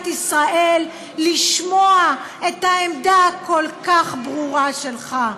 ישראל לשמוע את העמדה הכל-כך ברורה שלך,